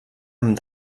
amb